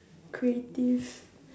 creative